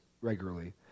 regularly